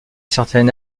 certain